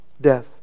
death